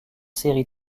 séries